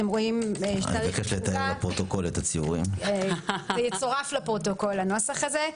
הנוסח הזה יצורף לפרוטוקול.